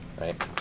right